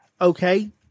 okay